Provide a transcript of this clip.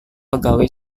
pegawai